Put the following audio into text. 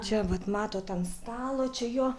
čia vat matot ant stalo čia jo